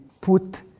put